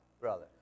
brother